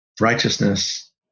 Righteousness